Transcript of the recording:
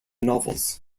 novels